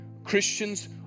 Christians